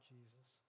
Jesus